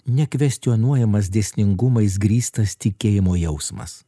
nekvestionuojamas dėsningumais grįstas tikėjimo jausmas